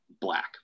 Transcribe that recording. black